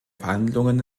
verhandlungen